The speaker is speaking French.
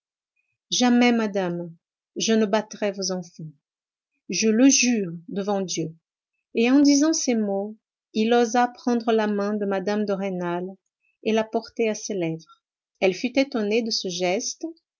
jamais madame je ne battrai vos enfants je le jure devant dieu et en disant ces mots il osa prendre la main de mme de rênal et la porter à ses lèvres elle fut étonnée de ce geste